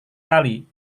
kali